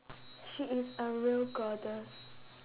she is a real goddess